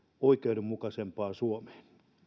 oikeudenmukaisempaan suomeen